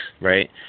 right